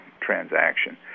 transaction